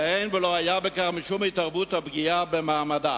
ואין ולא היה בכך משום התערבות או פגיעה במעמדה.